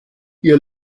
ihr